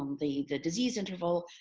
um the the disease interval,